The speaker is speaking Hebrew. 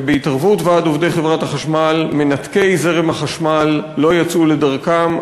ובהתערבות ועד עובדי חברת החשמל מנתקי זרם החשמל לא יצאו לדרכם,